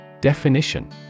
Definition